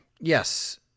Yes